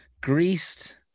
greased